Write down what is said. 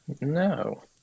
No